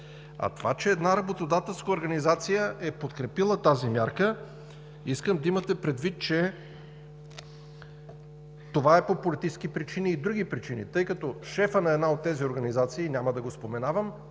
сработи. Че една работодателска организация е подкрепила тази мярка – искам да имате предвид, че това е по политически и други причини, тъй като шефът на една от тези организации, няма да го споменавам,